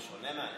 בשונה מהנכים,